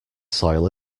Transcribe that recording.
soil